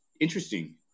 interesting